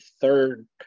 third